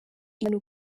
iyo